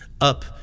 up